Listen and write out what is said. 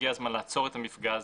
והגיע הזמן לעצור את המפגע הזה.